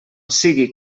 sigui